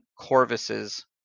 Corvus's